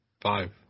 five